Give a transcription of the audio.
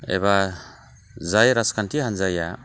एबा जाय राजखान्थि हान्जाया